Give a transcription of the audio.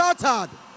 shattered